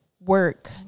work